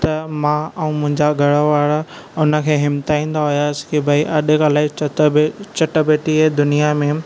त मां ऐं मुंहिंजा घर वारा हुन खे हिमताईंदा होयासीं की भई अॼुकल्ह ई चटा भेट चटा भेटीअ ई दुनिया में